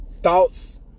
thoughts